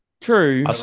True